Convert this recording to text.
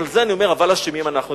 ועל זה אני אומר: אבל אשמים אנחנו.